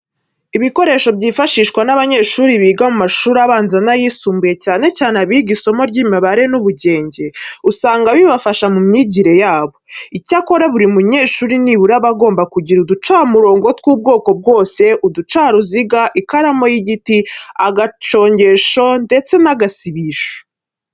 Ibikoresho byifashishwa n'abanyeshuri biga mu mashuri abanza n'ayisumbuye cyane cyane abiga isomo ry'imibare n'ubugenge, usanga bibafasha mu myigire yabo. Icyakora buri munyeshuri nibura aba agomba kugira uducamurongo tw'ubwoko bwose, uducaruziga, ikaramu y'igiti, agacongesho ndetse n'agasibisho.